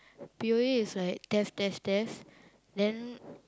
P_O_A is like test test test then